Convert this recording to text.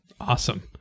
Awesome